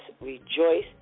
rejoice